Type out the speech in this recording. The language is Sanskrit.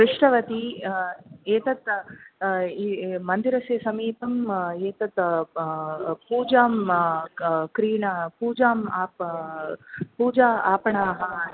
पृष्टवती एतत् अ इ मन्दिरस्य समीपं एतत् प पूजां क क्रीणा पूजां आप् पूजा आपणाः